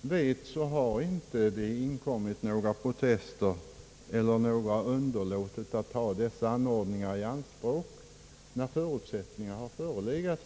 vet har det inte inkommit några protester eller förekommit att någon underlåtit att söka dessa förmåner när förutsättningarna har förelegat.